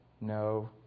no